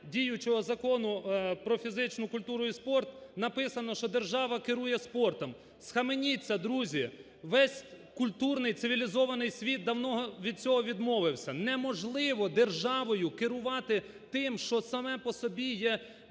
діючого Закону про фізичну культуру і спорт написано, що держава керує спортом. Схаменіться, друзі! Весь культурний, цивілізований світ давно від цього відмовився. Неможливо державою керувати тим, що саме по собі є